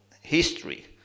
history